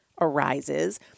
arises